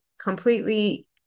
completely